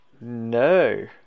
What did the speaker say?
no